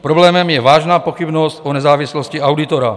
Problémem je vážná pochybnost o nezávislosti auditora.